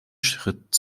schritt